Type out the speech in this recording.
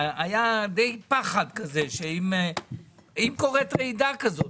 היה די פחד כזה שאם קורית רעידה כזאת.